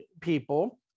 people